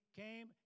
came